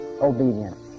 obedience